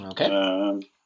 okay